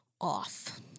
off